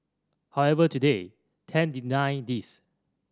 however today Tang denied these